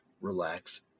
relax